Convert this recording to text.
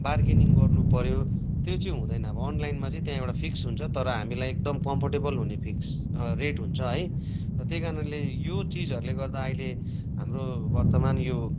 bargaining गर्नु पऱ्यो त्यो चाहिँ हुँदैन अब अनलाइनमा चाहिँ त्यहाँ एउटा फिक्स हुन्छ तर हामीलाई एकदम कम्फोर्टेबल हुने फिक्स रेट हुन्छ है र त्यही कारणले यो चिजहरूले गर्दा अहिले हाम्रो वर्तमान यो